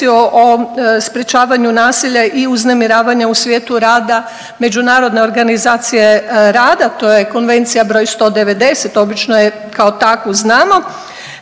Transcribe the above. o sprječavanju nasilja i uznemiravanja u svijetu rada Međunarodne organizacije rada. To je Konvencija broj 190. obično je kao takvu znamo